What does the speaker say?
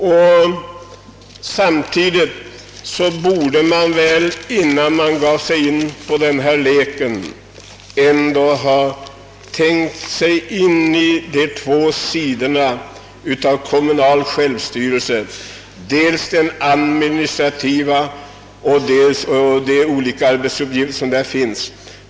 Innan man ger sig in på denna lek med sammanslagning borde man försöka tänka sig in i den kommunala självstyrelsens båda sidor, bland dem den administrativa med de olika arbetsuppgifter som där finns.